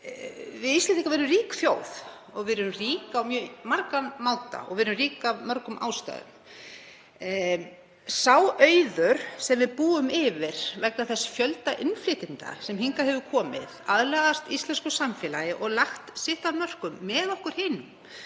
Við Íslendingar erum rík þjóð og við erum rík á mjög margan hátt og við erum rík af mörgum ástæðum. Sá auður sem við búum yfir vegna þess fjölda innflytjenda sem hingað hefur komið, aðlagast íslensku samfélagi og lagt sitt af mörkum með okkur hinum